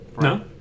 No